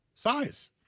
size